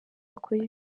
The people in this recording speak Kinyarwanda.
bakora